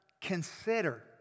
consider